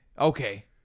okay